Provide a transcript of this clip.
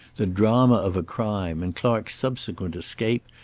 the drama of a crime and clark's subsequent escape,